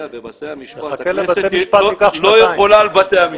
בסוף הכול מגיע לבית המשפט.